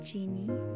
Genie